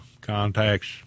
contacts